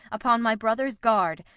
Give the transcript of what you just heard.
upon my brother's guard,